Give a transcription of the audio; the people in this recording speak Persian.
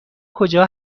کجا